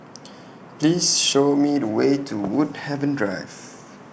Please Show Me The Way to Woodhaven Drive